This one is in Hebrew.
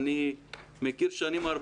אני מכיר שנים,